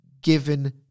given